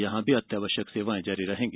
यहां भी अत्यावश्यक सेवाएं जारी रहेंगी